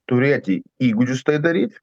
turėti įgūdžius tai daryti